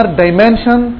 dimension